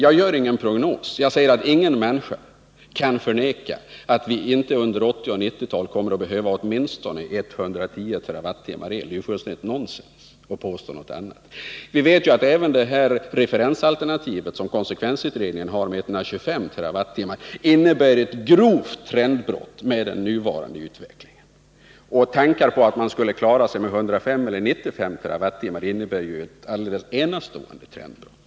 Jag gör ingen prognos men säger att ingen människa kan förneka att vi under 1980 och 1990-talet kommer att behöva åtminstone 110 TWh el. Det är fullständigt nonsens att påstå något annat. Vi vet att även konsekvensutredningens referensalternativ på 125 TWh innebär ett grovt trendbrott med hänsyn till den nuvarande utvecklingen. Tanken att man skulle kunna klara sig med 105 eller 95 TWh innebär ju ett alldeles enastående trendbrott.